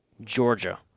Georgia